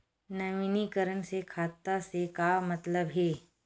नवीनीकरण से खाता से का मतलब हे?